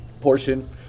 portion